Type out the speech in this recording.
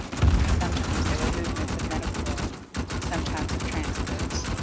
sometimes there were movements of men-of-war, sometimes of transports,